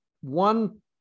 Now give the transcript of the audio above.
one